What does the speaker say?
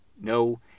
no